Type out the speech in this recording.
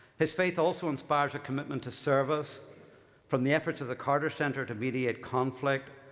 his faith also inspires a commitment to service from the efforts of the carter center to mediate conflict,